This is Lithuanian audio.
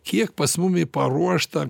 kiek pas mumi paruošta